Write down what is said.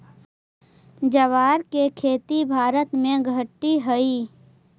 ज्वार के खेती भारत में घटित हइ